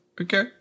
Okay